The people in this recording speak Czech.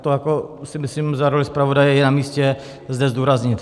To si myslím za roli zpravodaje, že je namístě zde zdůraznit.